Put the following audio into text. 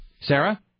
Sarah